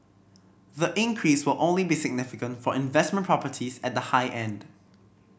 the increase will only be significant for investment properties at the high end